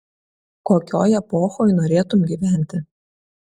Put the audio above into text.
kokioj epochoj norėtum gyventi